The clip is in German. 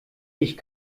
ich